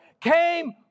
came